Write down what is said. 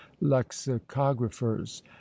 lexicographers